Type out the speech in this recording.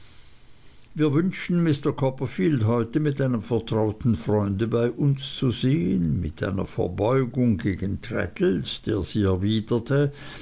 wir wünschten mr copperfield heute mit einem vertrauten freunde bei uns zu sehen mit einer verbeugung gegen traddles der sie